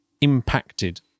impacted